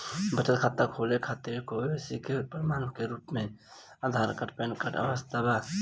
बचत खाता खोले के खातिर केवाइसी के प्रमाण के रूप में आधार आउर पैन कार्ड के आवश्यकता होला